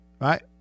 Right